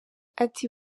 ati